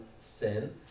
sin